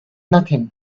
nothing